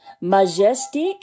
Majestic